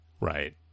right